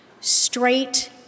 straight